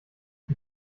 die